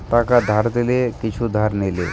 টাকা ধার দিলে বা কিছু ধার লিলে